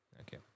Okay